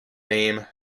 name